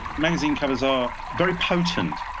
magazine covers all, very potent.